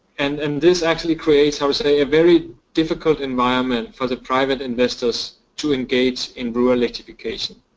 and and this actually creates, i would say, a very difficult environment for the private investors to engage in rural electrification.